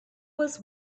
was